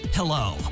Hello